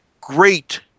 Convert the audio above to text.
great